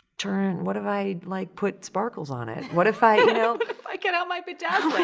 turn, what if i, like, put sparkles on it? what if i? you know? i get out my bedazzler. what